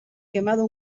quemado